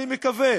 אני מקווה